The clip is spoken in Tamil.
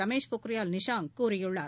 ரமேஷ் பொக்ரியால் நிஷாங் கூறியுள்ளார்